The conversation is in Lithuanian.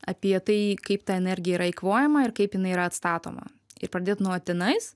apie tai kaip ta energija yra eikvojama ir kaip jinai yra atstatoma ir pradėt nuo tenais